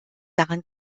dran